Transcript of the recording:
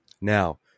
Now